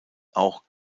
auch